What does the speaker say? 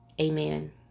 Amen